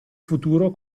futuro